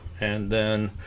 and then